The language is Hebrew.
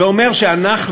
זה אומר שאנחנו,